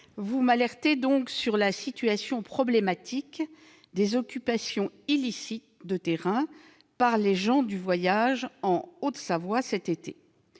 vous m'alertez sur la situation problématique des occupations illicites de terrains par les gens du voyage en Haute-Savoie, cet été.